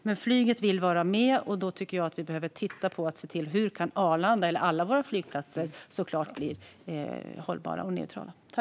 Men flyget vill vara med, och då tycker jag att vi behöver titta på hur alla våra flygplatser kan bli hållbara och neutrala.